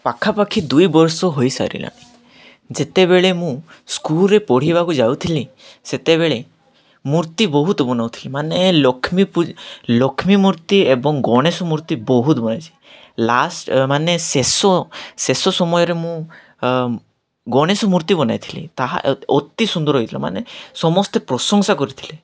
ପାଖାପାଖି ଦୁଇ ବର୍ଷ ହୋଇସାରିଲାଣି ଯେତେବେଳେ ମୁଁ ସ୍କୁଲରେ ପଢ଼ିବାକୁ ଯାଉଥିଲି ସେତେବେଳେ ମୂର୍ତ୍ତି ବହୁତ ବନଉଥିଲି ମାନେ ଲକ୍ଷ୍ମୀ ଲକ୍ଷ୍ମୀ ମୂର୍ତ୍ତି ଏବଂ ଗଣେଶ ମୂର୍ତ୍ତି ବହୁତ ବନାଇଛି ଲାଷ୍ଟ ମାନେ ଶେଷ ଶେଷ ସମୟରେ ମୁଁ ଗଣେଶ ମୂର୍ତ୍ତି ବନାଇଥିଲି ତାହା ଅତି ସୁନ୍ଦର ହୋଇଥିଲା ମାନେ ସମସ୍ତେ ପ୍ରଶଂସା କରିଥିଲେ